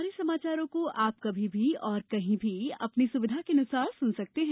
हमारे समाचारों को अब आप कभी भी और कहीं भी अपनी सुविधा के अनुसार सुन सकर्ते हैं